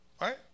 Right